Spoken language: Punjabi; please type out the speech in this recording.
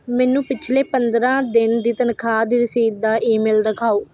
ਮੈਨੂੰ ਪਿਛਲੇ ਪੰਦਰਾਂ ਦਿਨ ਦੀ ਤਨਖਾਹ ਦੀ ਰਸੀਦ ਦਾ ਈਮੇਲ ਦਿਖਾਓ